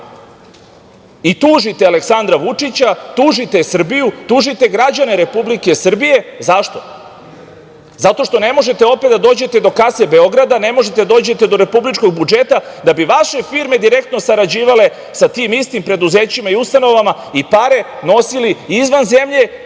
i tužite Aleksandra Vučića, tužite Srbiju, tužite građane Republike Srbije, zašto? Zato što ne možete opet da dođete do kase Beograda, ne možete da dođete do republičkog budžeta da bi vaše firme direktno sarađivale sa tim istim preduzećima i ustanovama i pare nosili izvan zemlje